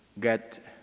get